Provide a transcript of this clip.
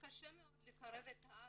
וקשה מאוד לקרב את האבא.